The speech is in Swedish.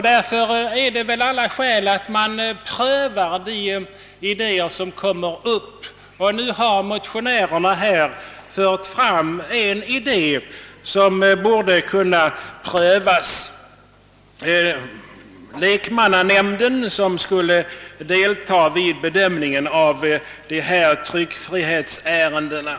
Därför är det alla skäl att pröva de idéer som kommer fram, och det gäller även motionärernas förslag om tillsättandet av lekmannanämnder som skulle deltaga i bedömningen av tryckfrihetsärendena.